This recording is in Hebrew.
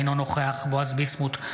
אינו נוכח בועז ביסמוט,